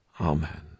amen